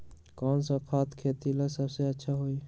कौन सा खाद खेती ला सबसे अच्छा होई?